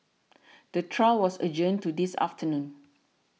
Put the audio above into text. the trial was adjourned to this afternoon